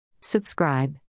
Subscribe